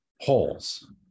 holes